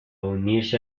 unirse